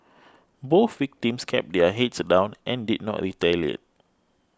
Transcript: both victims kept their heads down and did not retaliate